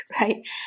right